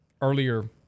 earlier